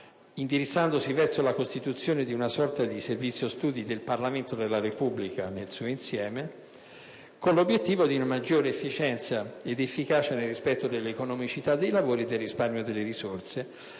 indirizzandosi verso la costituzione di una sorta di Servizio studi del Parlamento della Repubblica nel suo insieme, con l'obiettivo di una maggiore efficienza ed efficacia nel rispetto dell'economicità dei lavori e del risparmio delle risorse.